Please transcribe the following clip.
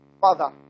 father